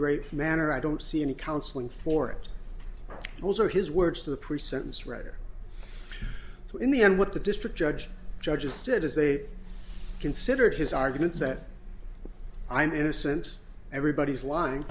great manner i don't see any counseling for it those are his words the pre sentence writer in the end what the district judge judges did is they considered his arguments that i'm innocent everybody is lying